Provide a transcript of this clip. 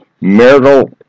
marital